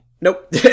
Nope